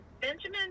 Benjamin